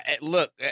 Look